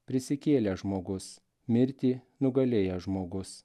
prisikėlęs žmogus mirtį nugalėjęs žmogus